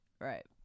Right